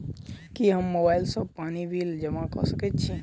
की हम मोबाइल सँ पानि बिल जमा कऽ सकैत छी?